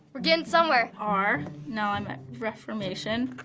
we're getting somewhere. r. now i'm at reformation.